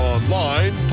Online